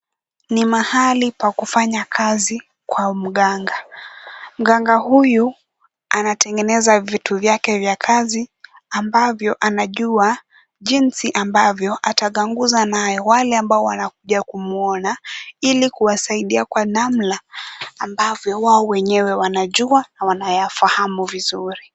Ni mahali pa kufanya kazi kwa mganga. Mganga huyu anatengeneza vitu vyake vya kazi ambavyo anajua jinsi ambavyo atapanguza nayo wale ambao wanakuja kumwona, ili kuwasaidia kwa namna ambavyo wao wenyewe wanajua na wanayafahamu vizuri.